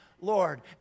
Lord